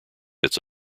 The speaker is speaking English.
its